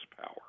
power